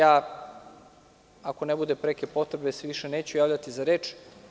Ako ne bude preke potrebe, više se neću javljati za reč.